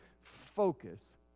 focus